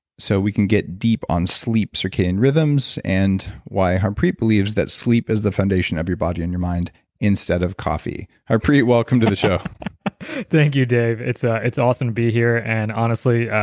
so we can get deep on sleep circadian rhythms and why harpreet believes that sleep is the foundation of your body and your mind instead of coffee. harpreet, welcome to the show thank you, dave. it's ah it's awesome to be here and honesty,